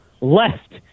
left